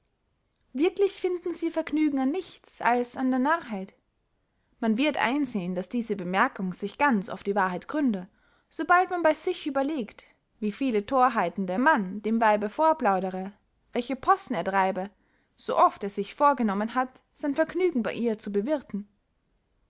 wirklich finden sie ihr vergnügen an nichts als an der narrheit man wird einsehen daß diese bemerkung sich ganz auf die wahrheit gründe sobald man bey sich überlegt wie viele thorheiten der mann dem weibe vorplaudere welche possen er treibe so oft er sich vorgenommen hat sein vergnügen bey ihr zu bewirthen